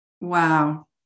Wow